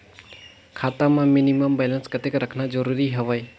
खाता मां minimum balance कतेक रखना जरूरी हवय?